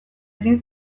egin